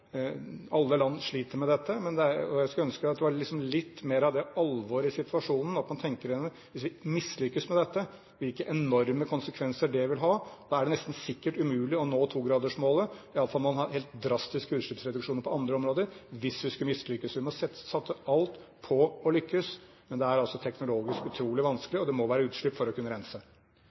Alle land sliter med dette. Jeg skulle ønske at man tenkte litt mer på alvoret i den situasjonen, at man tenker gjennom hvis man mislykkes med dette, hvilke enorme konsekvenser det vil ha. Da er det nesten sikkert umulig å nå togradersmålet. I alle fall måtte man ha helt drastiske utslippsreduksjoner på andre områder hvis vi skulle mislykkes. Vi må satse alt på å lykkes, men det er altså teknologisk utrolig vanskelig, og det må være utslipp for å kunne rense.